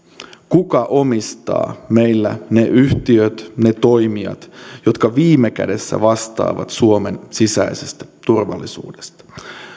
kuka omistaa meillä ne yhtiöt ne toimijat jotka viime kädessä vastaavat suomen sisäisestä turvallisuudesta